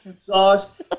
sauce